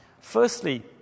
Firstly